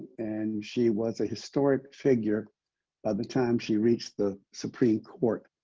and she was a historic figure by the time she reached the supreme court.